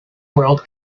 world